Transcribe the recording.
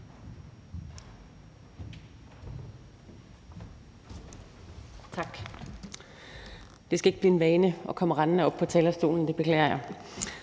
Tak. Det skal ikke blive en vane at komme rendende op på talerstolen. Jeg beklager.